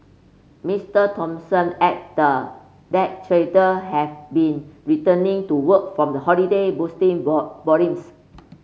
Mister Thompson added that trader have been returning to work from the holiday boosting volumes